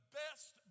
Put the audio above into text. best